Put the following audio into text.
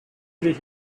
three